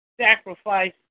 sacrifice